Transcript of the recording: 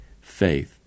faith